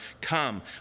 Come